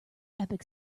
epic